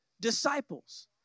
disciples